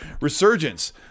resurgence